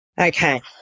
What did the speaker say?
Okay